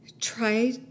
try